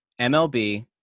MLB